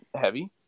heavy